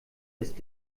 ist